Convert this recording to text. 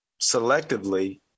selectively